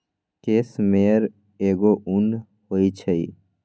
case मेयर एगो उन होई छई